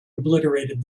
obliterated